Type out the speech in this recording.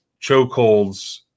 chokeholds